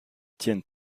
tiennent